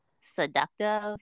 seductive